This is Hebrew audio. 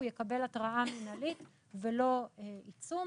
הוא יקבל התראה מינהלית ולא עיצום.